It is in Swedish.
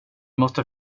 måste